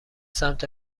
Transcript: سمت